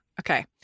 Okay